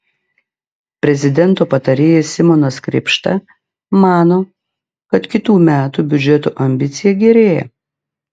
prezidento patarėjas simonas krėpšta mano kad kitų metų biudžeto ambicija gerėja